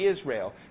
Israel